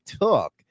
took